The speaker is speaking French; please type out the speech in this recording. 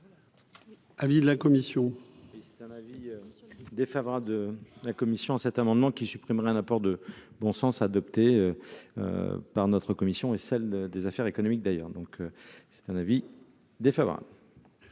la vie. Défavorable de la commission cet amendement qui supprimerait un apport de bon sens, adoptée par notre commission et celle des affaires économiques, d'ailleurs, donc c'est un avis défavorable.